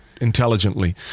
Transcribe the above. intelligently